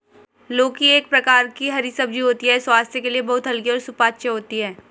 लौकी एक प्रकार की हरी सब्जी होती है यह स्वास्थ्य के लिए बहुत हल्की और सुपाच्य होती है